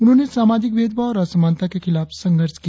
उन्होंने सामाजिक भेदभाव और असमानता के खिलाफ संघर्ष किया